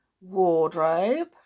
Wardrobe